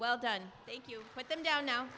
well done thank you put them down now